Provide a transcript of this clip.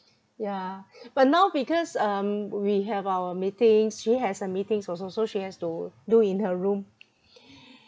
yeah but now because um we have our meetings she has her meetings also so she has to do in her room